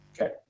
Okay